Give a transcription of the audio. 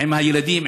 עם הילדים,